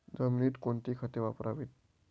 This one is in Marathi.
जमिनीत कोणती खते वापरावीत?